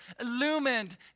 illumined